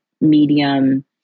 medium